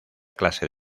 clase